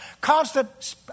constant